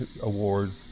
awards